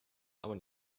aber